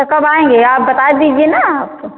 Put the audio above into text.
कब आएंगे आप बता दीजिए ना आप